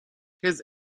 his